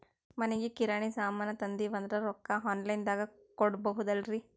ಮನಿಗಿ ಕಿರಾಣಿ ಸಾಮಾನ ತಂದಿವಂದ್ರ ರೊಕ್ಕ ಆನ್ ಲೈನ್ ದಾಗ ಕೊಡ್ಬೋದಲ್ರಿ?